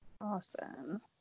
Awesome